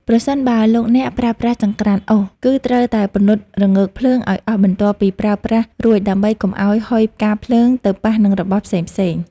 ប្រសិនបើលោកអ្នកប្រើប្រាស់ចង្ក្រានអុស គឺត្រូវតែពន្លត់រងើកភ្លើងឱ្យអស់បន្ទាប់ពីប្រើប្រាស់រួចដើម្បីកុំឱ្យហុយផ្កាភ្លើងទៅប៉ះនឹងរបស់ផ្សេងៗ។